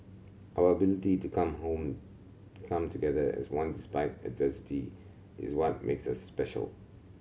our ability to come home come together as one despite adversity is what makes us special